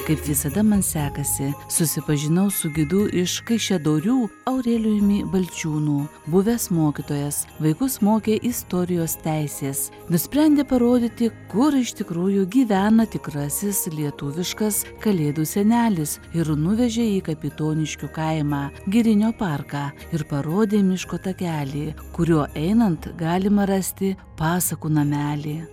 kaip visada man sekasi susipažinau su gidu iš kaišiadorių aurelijumi balčiūnu buvęs mokytojas vaikus mokė istorijos teisės nusprendė parodyti kur iš tikrųjų gyvena tikrasis lietuviškas kalėdų senelis ir nuvežė į kapitoniškių kaimą girinio parką ir parodė miško takelį kuriuo einant galima rasti pasakų namelį